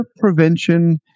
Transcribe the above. Prevention